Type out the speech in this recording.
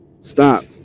stop